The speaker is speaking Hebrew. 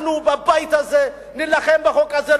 אנחנו בבית הזה נילחם בחוק הזה,